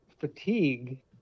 fatigue